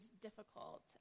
difficult